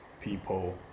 people